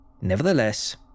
Nevertheless